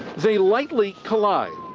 they lightly collide,